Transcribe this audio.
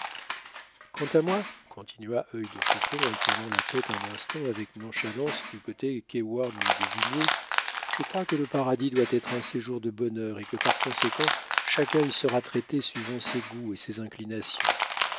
quant à moi continua œil de faucon en tournant la tête un instant avec nonchalance du côté qu'heyward lui désignait je crois que le paradis doit être un séjour de bonheur et que par conséquent chacun y sera traité suivant ses goûts et ses inclinations